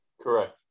correct